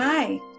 Hi